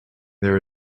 there